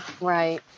Right